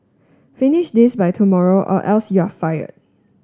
finish this by tomorrow or else you are fired